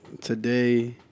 today